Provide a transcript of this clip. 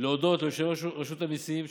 להודות ליושב-ראש רשות המיסים,